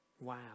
Wow